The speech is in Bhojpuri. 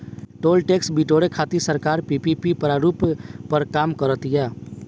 टोल टैक्स बिटोरे खातिर सरकार पीपीपी प्रारूप पर काम कर तीय